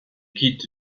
quitte